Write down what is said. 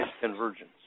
convergence